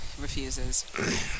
refuses